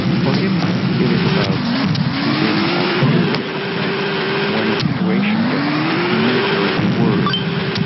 for him it is about to win or to lose. and when a situation gets militarily worse,